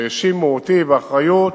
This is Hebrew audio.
שהאשימו אותי באחריות